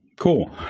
Cool